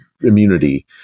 immunity